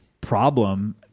problem